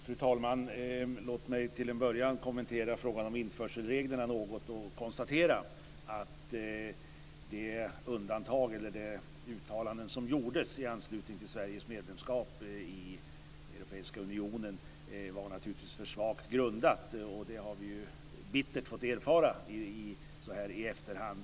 Fru talman! Låt mig till en början kommentera frågan om införselreglerna något. Jag konstaterar att det undantag, eller de uttalanden, som gjordes i anslutning till Sveriges medlemskap i Europeiska unionen naturligtvis var för svagt grundade. Det har vi ju bittert fått erfara så här i efterhand.